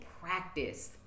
practice